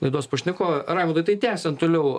laidos pašnekovai raimundai tai tęsiant toliau